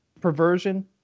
perversion